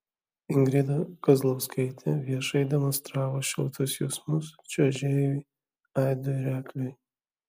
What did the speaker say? ingrida kazlauskaitė viešai demonstravo šiltus jausmus čiuožėjui aidui rekliui